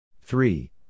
Three